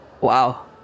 Wow